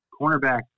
cornerback